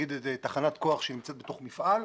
נגיד איזו תחנת כוח שנמצאת בתוך מפעל,